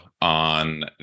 on